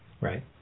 Right